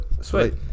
sweet